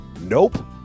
Nope